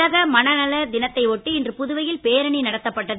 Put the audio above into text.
உலக மனநல தினத்தை ஒட்டி இன்று புதுவையில் பேரணி நடத்தப்பட்டது